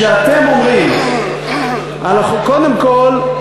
כשאתם אומרים, קודם כול,